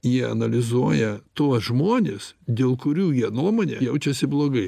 jie analizuoja tuos žmones dėl kurių jie nuomone jaučiasi blogai